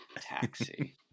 Taxi